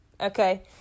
okay